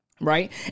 Right